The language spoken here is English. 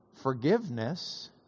forgiveness